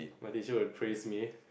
my teacher will praise me